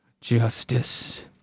Justice